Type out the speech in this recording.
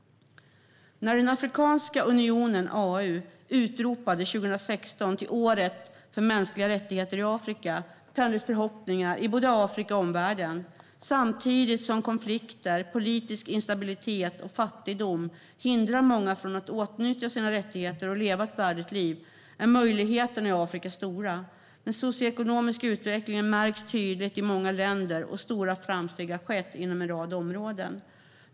När Afrikanska unionen, AU, utropade 2016 till "Året för mänskliga rättigheter i Afrika" tändes förhoppningar i både Afrika och omvärlden. Samtidigt som konflikter, politisk instabilitet och fattigdom hindrar många från att åtnjuta sina rättigheter och leva ett värdigt liv är möjligheterna i Afrika stora. Den socioekonomiska utvecklingen märks tydligt i många länder, och stora framsteg har skett inom en rad områden.